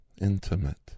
intimate